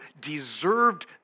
deserved